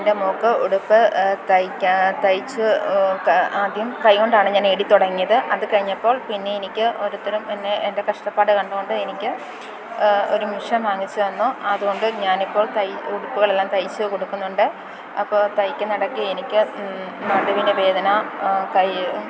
എൻ്റെ മോൾക്ക് ഉടുപ്പ് തയ്ക്കാൻ തയിച്ച് ആദ്യം കൈകൊണ്ടാണ് ഞാൻ നെടി തുടങ്ങിയത് അത് കഴിഞ്ഞപ്പോൾ പിന്നെ എനിക്ക് ഓരോരുത്തരും എന്നെ എൻ്റെ കഷ്ടപ്പാട് കണ്ടുകൊണ്ട് എനിക്ക് ഒരു മിഷ്യൻ വാങ്ങിച്ചു തന്നു അതുകൊണ്ട് ഞാൻ ഇപ്പോൾ ഉടുപ്പുകളെല്ലാം തയ്ച്ചു കൊടുക്കുന്നുണ്ട് അപ്പോൾ തയിക്കുന്ന ഇടയ്ക്ക് എനിക്ക് നടുവിന് വേദന കൈ